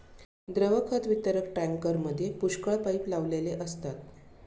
द्रव खत वितरक टँकरमध्ये पुष्कळ पाइप लावलेले असतात